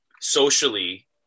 socially